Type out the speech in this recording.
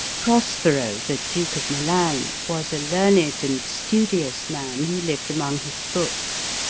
prospero, the duke of milan, was a learned and studious man, who lived among his books,